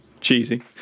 Cheesy